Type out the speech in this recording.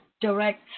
direct